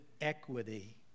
equity